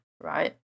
right